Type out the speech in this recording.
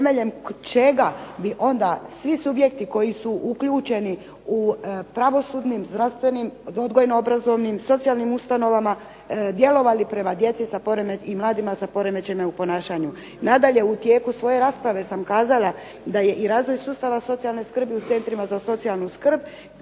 čega bi svi subjekti koji su uključeni u pravosudnim, zdravstvenim, odgojno obrazovnim, socijalnim ustanovama djelovali prema djeci i mladima sa poremećajima u ponašanju. Nadalje, tijekom svoje rasprave sam kazala da je razvoj socijalne skrbi u Centrima za socijalnu skrb